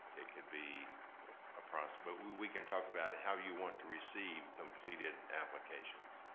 it could be a process, but we we can talk about how you want to receive completed applications.